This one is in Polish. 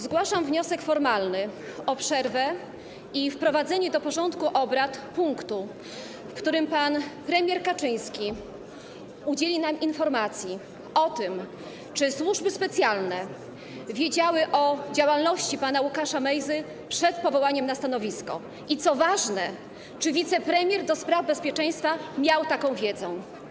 Zgłaszam wniosek formalny o przerwę i wprowadzenie do porządku obrad punktu, w którym pan premier Kaczyński udzieli nam informacji o tym, czy służby specjalne wiedziały o działalności pana Łukasza Mejzy przed powołaniem go na stanowisko i - co ważne - czy wicepremier, przewodniczący komitetu do spraw bezpieczeństwa miał taką wiedzę.